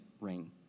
ring